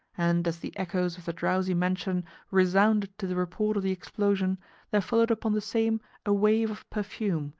and as the echoes of the drowsy mansion resounded to the report of the explosion there followed upon the same a wave of perfume,